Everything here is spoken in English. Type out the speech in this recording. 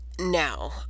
Now